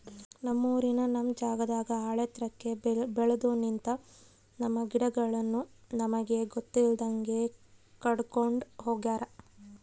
ನಮ್ಮೂರಿನ ನಮ್ ಜಾಗದಾಗ ಆಳೆತ್ರಕ್ಕೆ ಬೆಲ್ದು ನಿಂತ, ನಮ್ಮ ಗಿಡಗಳನ್ನು ನಮಗೆ ಗೊತ್ತಿಲ್ದಂಗೆ ಕಡ್ಕೊಂಡ್ ಹೋಗ್ಯಾರ